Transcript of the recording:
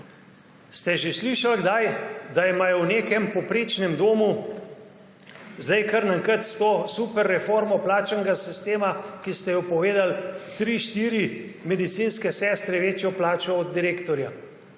Ste že kdaj slišali, da imajo v nekem povprečnem domu zdaj kar naenkrat s to super reformo plačnega sistema, ki ste jo povedali, tri, štiri medicinske sestre večjo plačo od direktorja?